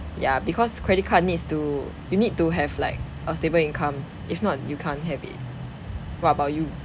ya because credit card needs to you need to have like a stable income if not you can't have it what about you